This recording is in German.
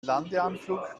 landeanflug